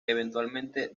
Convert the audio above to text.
eventualmente